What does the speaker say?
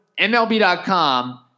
MLB.com –